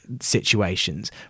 situations